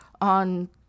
on